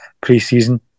pre-season